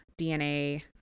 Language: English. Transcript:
dna